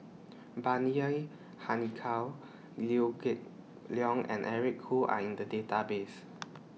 Bani Haykal Liew Geok Leong and Eric Khoo Are in The Database